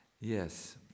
yes